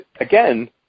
again